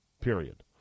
period